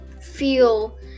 feel